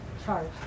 charge